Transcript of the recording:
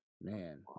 man